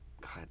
God